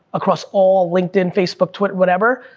across all linkedin, facebook, twitter, whatever,